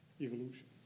evolution